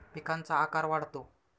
पिकांचा आकार वाढतो